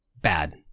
bad